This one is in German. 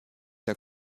der